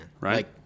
right